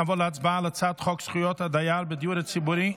נעבור להצבעה על הצעת חוק זכויות הדייר בדיור הציבורי,